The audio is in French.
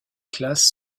classes